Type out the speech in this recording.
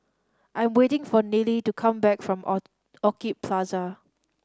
I am waiting for Neely to come back from O Orchid Plaza